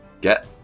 get